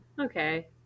okay